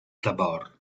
tabor